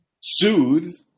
soothe